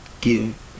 give